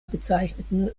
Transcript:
bezeichneten